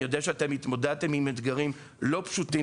אני יודע שהתמודדתם עם אתגרים לא פשוטים